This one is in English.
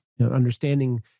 understanding